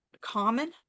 common